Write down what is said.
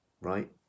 right